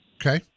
okay